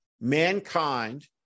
Mankind